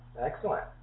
Excellent